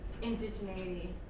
indigeneity